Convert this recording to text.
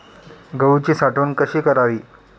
गहूची साठवण कशी करावी?